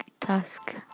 task